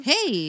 Hey